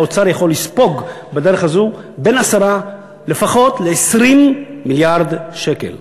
והאוצר יכול לספוג בדרך הזו לפחות בין 10 ל-20 מיליארד שקל,